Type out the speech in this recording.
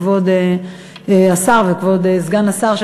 כבוד השר וכבוד סגן השר,